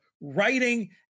writing